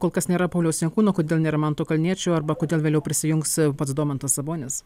kol kas nėra pauliaus jankūno kodėl nėra manto kalniečio arba kodėl vėliau prisijungs pats domantas sabonis